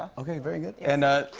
okay, very good. and